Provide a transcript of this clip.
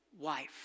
wife